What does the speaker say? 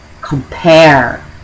compare